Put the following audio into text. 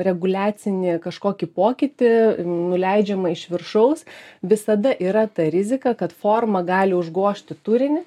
reguliacinį kažkokį pokytį nuleidžiama iš viršaus visada yra ta rizika kad forma gali užgožti turinį